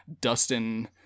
Dustin